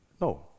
No